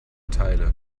teile